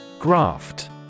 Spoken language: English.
Graft